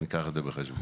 ניקח את זה בחשבון.